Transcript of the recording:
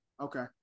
Okay